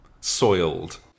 soiled